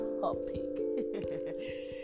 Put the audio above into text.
topic